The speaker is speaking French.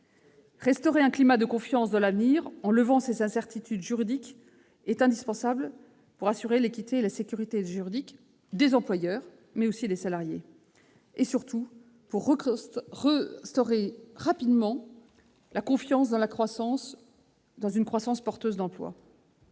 Restaurer un climat de confiance dans l'avenir en levant les incertitudes juridiques est indispensable pour assurer l'équité et la sécurité juridique tant des employeurs que des salariés, mais aussi et surtout pour restaurer la confiance dans une croissance porteuse d'emplois.